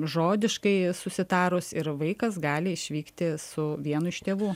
žodiškai susitarus ir vaikas gali išvykti su vienu iš tėvų